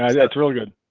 that's really good.